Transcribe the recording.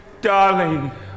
darling